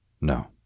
No